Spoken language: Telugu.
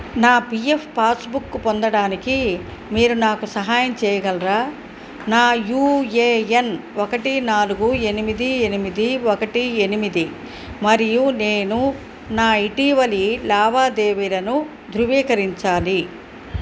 నా పీ ఎఫ్ పాస్బుక్ పొందడానికి మీరు నాకు సహాయం చేయగలరా నా యూ ఏ ఎన్ ఒకటి నాలుగు ఎనిమిది ఎనిమిది ఒకటి ఎనిమిది మరియు నేను నా ఇటీవలి లావాదేవీలను ధృవీకరించాలి